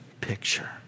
picture